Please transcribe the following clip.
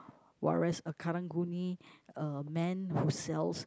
whereas a Karang-Guni uh man who sells